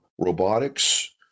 robotics